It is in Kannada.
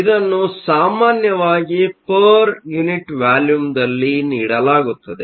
ಇದನ್ನು ಸಾಮಾನ್ಯವಾಗಿ ಪರ್ ಯುನಿಟ್ ವಾಲ್ಯುಮ್ದಲ್ಲಿ ನೀಡಲಾಗುತ್ತದೆ